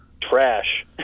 trash